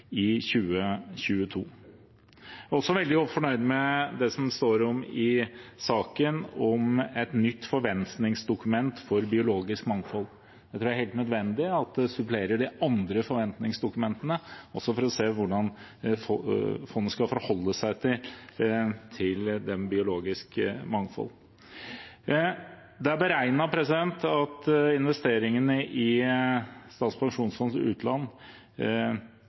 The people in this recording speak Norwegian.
i 2022. Jeg er også veldig godt fornøyd med det som står i saken om et nytt forventningsdokument for biologisk mangfold. Jeg tror det er helt nødvendig at det supplerer de andre forventningsdokumentene, også for å se hvordan fondet skal forholde seg til biologisk mangfold. Det er beregnet at investeringene i Statens pensjonsfond utland